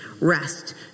rest